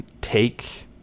take